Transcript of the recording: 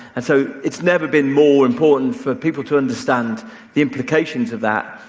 and so it's never been more important for people to understand the implications of that.